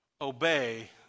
obey